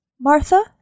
Martha